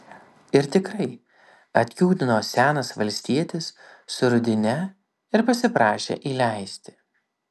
ir tikrai atkiūtino senas valstietis su rudine ir pasiprašė įleisti